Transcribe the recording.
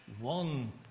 one